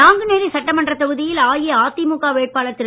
நாங்குநேரி சட்டமன்ற தொகுதியில் அஇஅதிமுக வேட்பாளர் திரு